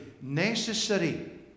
necessary